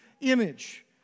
image